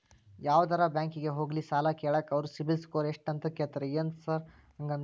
ಯಾವದರಾ ಬ್ಯಾಂಕಿಗೆ ಹೋಗ್ಲಿ ಸಾಲ ಕೇಳಾಕ ಅವ್ರ್ ಸಿಬಿಲ್ ಸ್ಕೋರ್ ಎಷ್ಟ ಅಂತಾ ಕೇಳ್ತಾರ ಏನ್ ಸಾರ್ ಹಂಗಂದ್ರ?